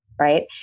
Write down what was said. right